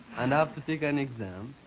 and i have to take an exam.